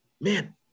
Man